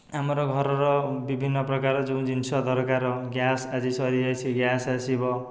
ଆମର ଘରର ବିଭିନ୍ନ ପ୍ରକାର ଯେଉଁ ଜିନିଷ ଦରକାର ଗ୍ୟାସ ଆଜି ସାରିଯାଇଛି ଗ୍ୟାସ ଆସିବ